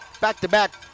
back-to-back